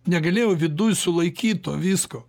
negalėjau viduj sulaikyt to visko